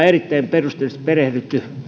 erittäin perusteellisesti perehtyneet